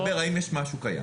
הוא מדבר, האם יש משהו קיים.